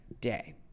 day